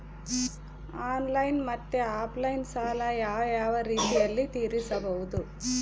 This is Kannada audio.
ಆನ್ಲೈನ್ ಮತ್ತೆ ಆಫ್ಲೈನ್ ಸಾಲ ಯಾವ ಯಾವ ರೇತಿನಲ್ಲಿ ತೇರಿಸಬಹುದು?